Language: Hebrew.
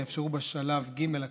יתאפשרו בשלב ג' הקרוב,